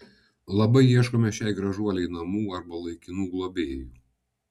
labai ieškome šiai gražuolei namų arba laikinų globėjų